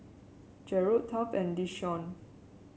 Gerold Taft and Deshawn